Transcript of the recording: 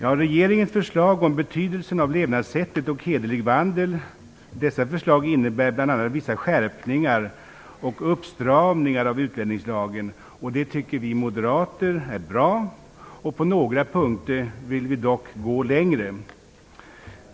Regeringens förslag om betydelsen av levnadssätt och hederlig vandel innebär bl.a. vissa skärpningar och uppstramningar av utlänningslagen. Det tycker vi moderater är bra. På några punkter vill vi dock gå längre.